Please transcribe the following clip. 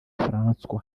françois